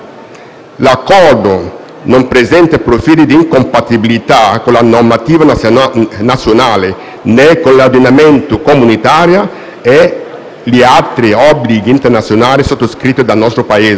L'Accordo non presenta profili di incompatibilità con la normativa nazionale, né con l'ordinamento comunitario e gli altri obblighi internazionali sottoscritti dal nostro Paese.